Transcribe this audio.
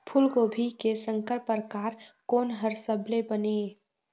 फूलगोभी के संकर परकार कोन हर सबले बने ये?